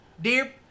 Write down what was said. dear